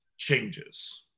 changes